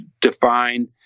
define